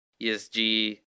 ESG